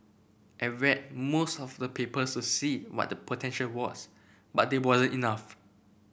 I read most of the papers to see what the potential was but they wasn't enough